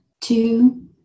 two